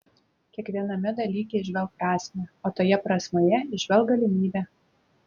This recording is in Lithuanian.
kiekviename dalyke įžvelk prasmę o toje prasmėje įžvelk galimybę